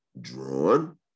drawn